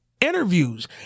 interviews